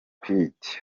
pitt